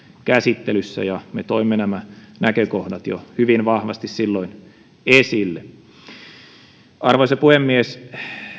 käsittelyssä ja me toimme nämä näkökohdat jo hyvin vahvasti silloin esille arvoisa puhemies